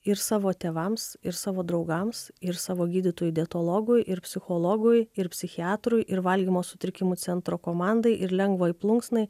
ir savo tėvams ir savo draugams ir savo gydytojui dietologui ir psichologui ir psichiatrui ir valgymo sutrikimų centro komandai ir lengvai plunksnai